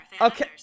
Okay